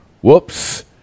whoops